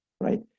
right